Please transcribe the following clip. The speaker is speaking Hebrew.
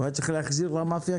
הוא היה צריך להחזיר כסף למאפיה,